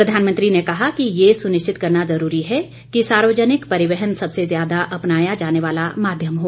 प्रधानमंत्री ने कहा कि यह सुनिश्चित करना जरूरी है कि सार्वजनिक परिवहन सबसे ज्यादा अपनाया जाने वाला माध्यम हो